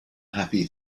happy